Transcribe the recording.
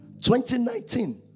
2019